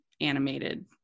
animated